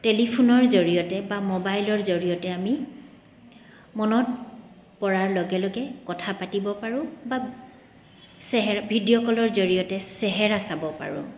টেলিফোনৰ জৰিয়তে বা ম'বাইলৰ জৰিয়তে আমি মনত পৰাৰ লগে লগে কথা পাতিব পাৰোঁ বা চেহে ভিডিঅ' কলৰ জৰিয়তে চেহেৰা চাব পাৰোঁ